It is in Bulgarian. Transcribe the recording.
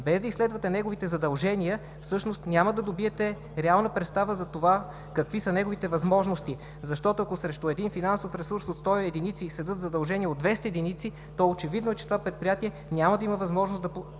без да изследвате неговите задължения, всъщност няма да добиете реална представа за това какви са неговите възможности. Защото, ако срещу един финансов ресурс от сто единици стоят задължения от двеста единици, то очевидно е, че това предприятие няма да има възможност да